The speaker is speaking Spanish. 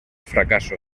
fracaso